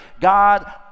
God